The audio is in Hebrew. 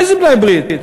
איזה בני ברית?